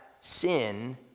sin